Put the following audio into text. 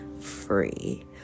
free